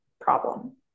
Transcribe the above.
problem